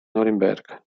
norimberga